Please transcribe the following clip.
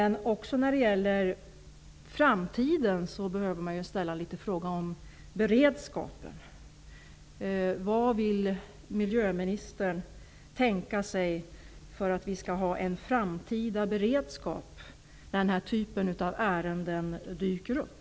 När det gäller framtiden måste man ställa en fråga om beredskapen: Vad kan miljöministern tänka sig att göra för att vi skall ha en framtida beredskap när den här typen av ärenden dyker upp?